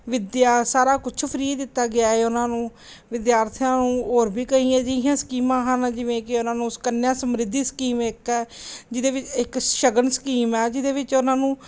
ਵਿੱਦਿਆ ਸਾਰਾ ਕੁਛ ਫ੍ਰੀ ਦਿੱਤਾ ਗਿਆ ਏ ਉਹਨਾਂ ਨੂੰ ਵਿਦਿਆਰਥੀਆਂ ਨੂੰ ਹੋਰ ਵੀ ਕਈ ਅਜਿਹੀਆਂ ਸਕੀਮਾਂ ਹਨ ਜਿਵੇਂ ਕਿ ਉਹਨਾਂ ਨੂੰ ਸੁਕੰਨਿਆ ਸਮਰਿਧੀ ਸਕੀਮ ਏ ਇੱਕ ਹੈ ਜਿਹਦੇ ਵਿੱਚ ਇੱਕ ਸ਼ਗਨ ਸਕੀਮ ਹੈ ਜਿਹਦੇ ਵਿੱਚ ਉਹਨਾਂ ਨੂੰ